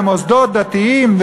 על מוסדות דתיים,